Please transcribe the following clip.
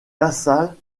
lassalle